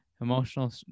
emotional